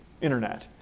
internet